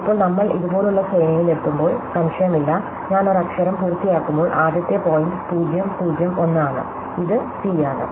ഇപ്പോൾ നമ്മൾ ഇതുപോലുള്ള ശ്രേണിയിൽ എത്തുമ്പോൾ സംശയമില്ല ഞാൻ ഒരു അക്ഷരം പൂർത്തിയാക്കുമ്പോൾ ആദ്യത്തെ പോയിന്റ് 0 0 1 ആണ് ഇത് സി ആണ്